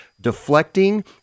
deflecting